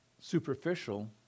superficial